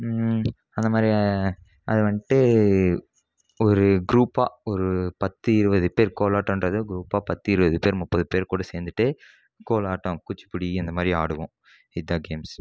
அந்தமாதிரி அதை வண்ட்டு ஒரு க்ரூப்பாக ஒரு பத்து இருபது பேர் கோலாட்டன்றது க்ரூப்பாக பத்து இருபது பேர் முப்பது பேர் கூட சேர்ந்துட்டு கோலாட்டம் குச்சிபுடி இந்தமாதிரி ஆடுவோம் இதான் கேம்ஸு